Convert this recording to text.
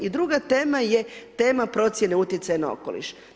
I druga tema je tema procjene utjecaja na okoliš.